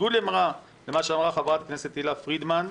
בניגוד למה שאמרה חברת הכנסת תהלה פרידמן,